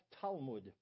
Talmud